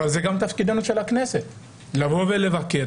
אבל זה גם תפקידה של הכנסת לבוא ולבקר